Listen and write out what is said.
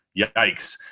yikes